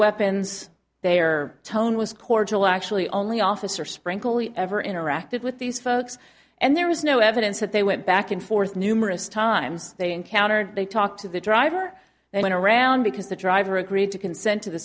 weapons they are tone was cordial actually only officer sprinkle he ever interacted with these folks and there is no evidence that they went back and forth numerous times they encountered they talked to the driver they went around because the driver agreed to consent t